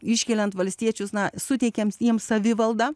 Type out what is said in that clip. iškeliant valstiečius na suteikiant jiems savivaldą